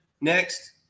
next